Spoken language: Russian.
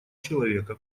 человека